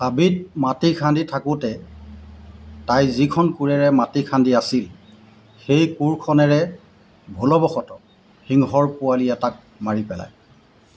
হাবিত মাটি খান্দি থাকোঁতে তাই যিখন কোৰেৰে মাটি খান্দি আছিল সেই কোৰখনেৰে ভুলবশত সিংহৰ পোৱালি এটাক মাৰি পেলায়